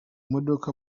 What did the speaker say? modoka